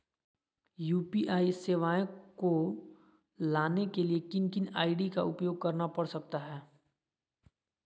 UPI सेवाएं को लाने के लिए किन किन आई.डी का उपयोग करना पड़ सकता है?